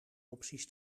opties